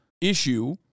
issue